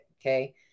Okay